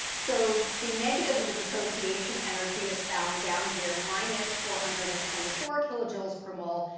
so the negative of the dissociation energy is found down here, minus four hundred and twenty four kilojoules per mol.